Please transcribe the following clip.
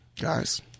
guys